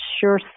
sure